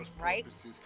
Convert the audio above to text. right